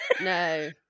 No